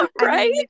right